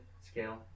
scale